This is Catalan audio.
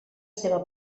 seva